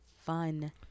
fun